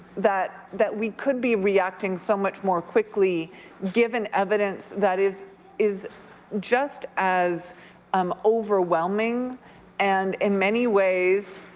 that that we could be reacting so much more quickly given evidence that is is just as um overwhelming and in many ways,